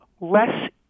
less